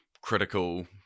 critical